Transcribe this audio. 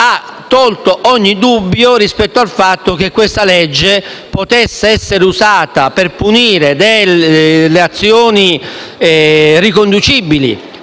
ha tolto ogni dubbio rispetto al fatto che questa legge potesse essere usata per punire azioni riconducibili